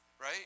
right